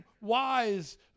wise